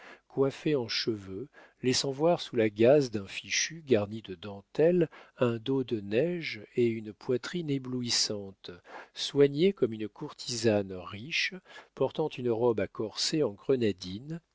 coiffée en cheveux laissant voir sous la gaze d'un fichu garni de dentelles un dos de neige et une poitrine éblouissante soignée comme une courtisane riche portant une robe à corset en grenadine